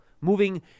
Moving